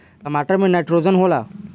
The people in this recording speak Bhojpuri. टमाटर मे नाइट्रोजन होला?